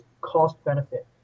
cost-benefit